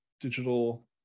digital